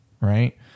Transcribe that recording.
right